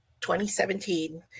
2017